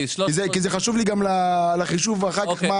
כי זה חשוב לי גם לחישוב אחר כך.